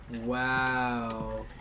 Wow